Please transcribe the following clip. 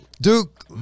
Duke